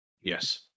Yes